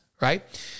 right